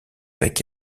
avec